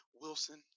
Wilson